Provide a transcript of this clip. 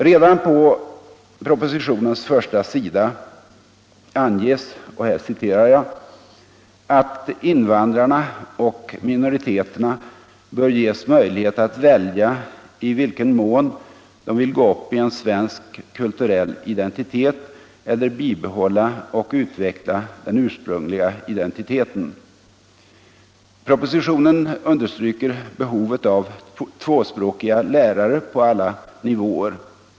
Redan på propositionens första sida anges att ”invandrarna och minoriteterna bör ges möjlighet att välja i vilken mån de vill gå upp i en svensk kulturell identitet eller bibehålla och utveckla den ursprungliga identiteten”. Propositionen understryker behovet av tvåspråkiga lärare på alla nivåer.